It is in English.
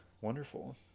wonderful